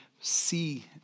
see